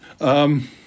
Um